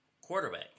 quarterback